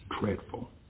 dreadful